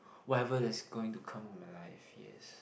whatever that's going to come in my life yes